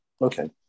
Okay